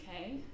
Okay